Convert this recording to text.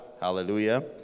hallelujah